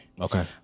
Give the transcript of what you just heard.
Okay